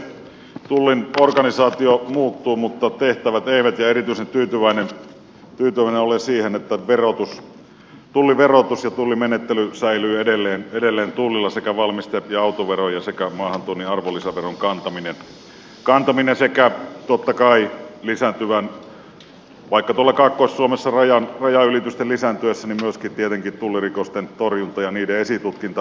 tullin organisaatio muuttuu mutta tehtävät eivät ja erityisen tyytyväinen olen siihen että tulliverotus ja tullimenettely säilyvät edelleen tullilla sekä valmisteverojen ja autoveron sekä maahantuonnin arvonlisäveron kantaminen sekä totta kai vaikkapa tuolla kaakkois suomessa rajanylitysten lisääntyessä myös tullirikosten torjunta ja niiden esitutkinta